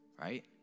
Right